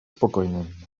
spokojnym